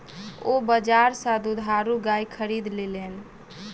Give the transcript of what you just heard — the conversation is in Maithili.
ओ बजार सा दुधारू गाय खरीद लेलैन